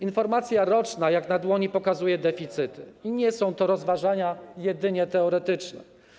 Informacja roczna jak na dłoni pokazuje deficyty i nie są to rozważania jedynie teoretyczne.